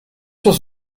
was